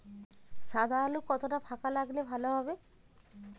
সাদা আলু কতটা ফাকা লাগলে ভালো হবে?